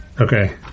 Okay